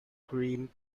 cream